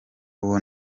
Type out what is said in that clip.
uwo